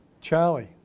Charlie